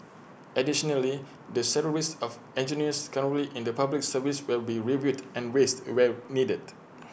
additionally the salaries of engineers currently in the Public Service will be reviewed and raised where needed